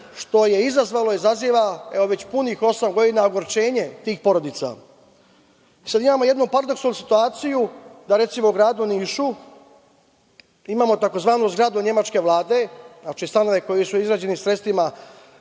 što je izazvalo i izaziva već punih osam godina ogorčenje tih porodica. Sada imamo jednu paradoksalnu situaciju da, recimo, u gradu Nišu imamo tzv. zgradu nemačke vlade, znači stanove koji su izgrađeni sredstvima